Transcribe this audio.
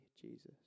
Jesus